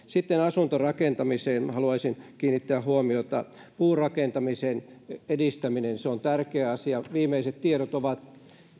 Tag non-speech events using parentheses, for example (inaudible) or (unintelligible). (unintelligible) sitten asuntorakentamiseen haluaisin kiinnittää huomiota puurakentamisen edistäminen on tärkeä asia viimeiset tiedot ovat